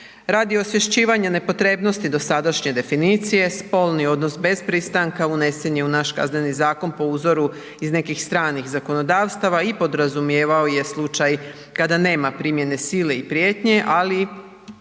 Radi osvješćivanja nepotrebnosti dosadašnje definicije spolni odnos bez pristanka unesen je u naš Kazneni zakon po uzoru iz nekih stranih zakonodavstava i podrazumijevao je slučaj kada nema primjene sile i prijetnje, ali